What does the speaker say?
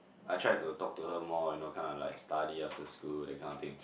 I tried to talk to her more you know kinda like study after school that kind of thing